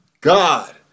God